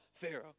Pharaoh